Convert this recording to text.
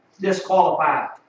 disqualified